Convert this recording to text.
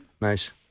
Nice